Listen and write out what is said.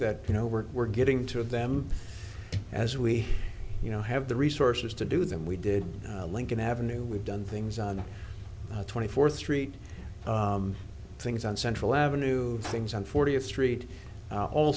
that you know we're we're getting two of them as we you know have the resources to do them we did lincoln avenue we've done things on the twenty fourth street things on central avenue things on fortieth street